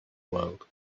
world